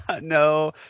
No